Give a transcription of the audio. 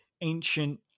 ancient